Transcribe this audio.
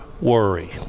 worry